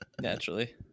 naturally